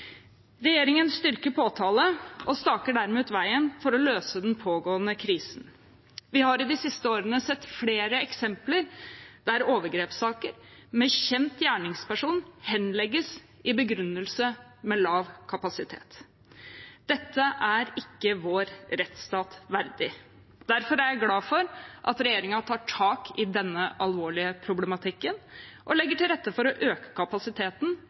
Regjeringen styrker påtalemyndigheten og staker dermed ut veien for å løse den pågående krisen. Vi har i de siste årene sett flere eksempler der overgrepssaker med kjent gjerningsperson henlegges med begrunnelsen lav kapasitet. Dette er ikke vår rettsstat verdig. Derfor er jeg glad for at regjeringen tar tak i denne alvorlige problematikken og legger til rette for å øke kapasiteten